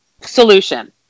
solution